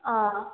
अँ